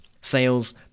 sales